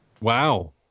Wow